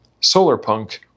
Solarpunk